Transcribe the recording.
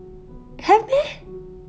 have meh